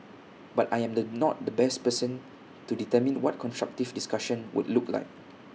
but I am the not the best person to determine what constructive discussion would look like